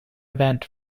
event